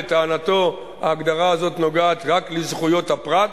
לטענתו ההגדרה הזאת נוגעת רק לזכויות הפרט,